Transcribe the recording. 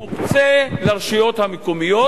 שיוצא לרשויות המקומיות.